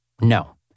No